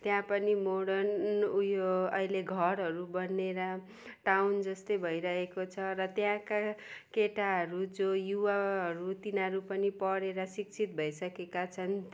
त्यहाँ पनि मोर्डन उयो अहिले घरहरू बनिएर टाउन जस्तै भइरहेको छ र त्यहाँका केटाहरू जो युवाहरू तिनीहरू पनि पढेर शिक्षित भइसकेका छन्